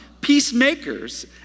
peacemakers